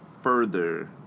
further